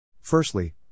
Firstly